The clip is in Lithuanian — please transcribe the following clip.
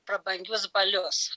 prabangius balius